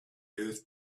earth